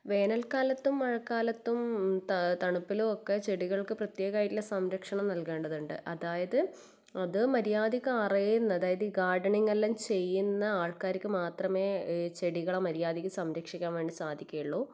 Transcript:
വേനൽക്കാലത്തും മഴക്കാലത്തും ത തണുപ്പിലുമൊക്കെ ചെടികൾക്ക് പ്രത്യേകമായിട്ട് സംരക്ഷണം നൽകേണ്ടതുണ്ട് അതായത് അത് മര്യാദയ്ക്ക് അറിയുന്നത് അതായത് ഈ ഗാർഡനിങ്ങ് എല്ലാം ചെയ്യുന്ന ആൾക്കാർക്ക് മാത്രമേ ഈ ചെടികളെ മര്യാദയ്ക്ക് സംരക്ഷിക്കാൻ വേണ്ടി സാധിക്കുകയുള്ളൂ